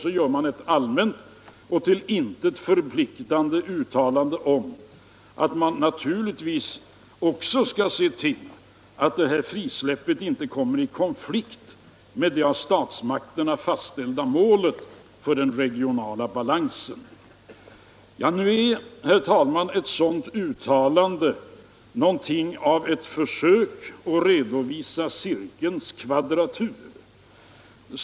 Därefter gör man ett allmänt och till intet förpliktande uttalande om att man naturligtvis också skall se till att det här frisläppet inte kommer i konflikt med det av statsmakterna fastställda målet för den regionala balansen. Ett sådant uttalande liknar, herr talman, ett försök att bevisa cirkelns kvadratur.